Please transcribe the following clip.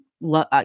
love